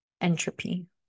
entropy